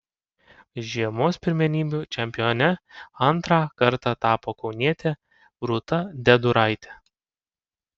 žiemos pirmenybių čempione antrą kartą tapo kaunietė rūta deduraitė